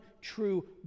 true